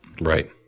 Right